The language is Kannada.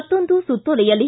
ಮತ್ತೊಂದು ಸುತ್ತೋಲೆಯಲ್ಲಿ